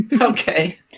Okay